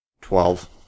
Twelve